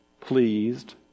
pleased